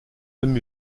même